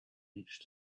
reached